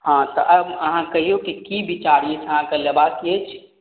हँ तऽ अब अहाँ कहियौ कि की विचार अछि अहाँके लेबाक अछि